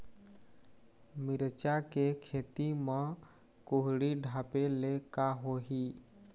मिरचा के खेती म कुहड़ी ढापे ले का होही?